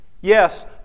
Yes